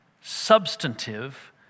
substantive